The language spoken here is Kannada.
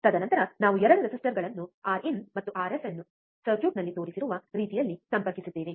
ತದನಂತರ ನಾವು 2 ರೆಸಿಸ್ಟರ್ಗಳನ್ನು ಆರ್ಇನ್ ಮತ್ತು ಆರ್ಎಫ್ ಅನ್ನು ಸರ್ಕ್ಯೂಟ್ನಲ್ಲಿ ತೋರಿಸಿರುವ ರೀತಿಯಲ್ಲಿ ಸಂಪರ್ಕಿಸಿದ್ದೇವೆ